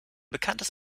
bekanntes